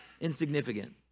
insignificant